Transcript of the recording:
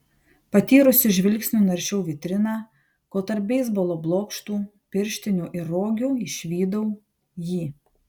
patyrusiu žvilgsniu naršiau vitriną kol tarp beisbolo blokštų pirštinių ir rogių išvydau jį